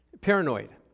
paranoid